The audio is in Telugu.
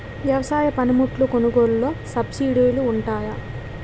వ్యవసాయ పనిముట్లు కొనుగోలు లొ సబ్సిడీ లు వుంటాయా?